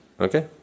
okay